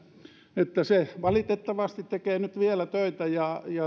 että se valitettavasti tekee vielä nyt töitä ja